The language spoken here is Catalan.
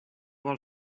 vol